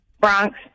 Bronx